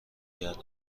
گردم